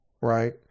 right